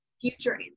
future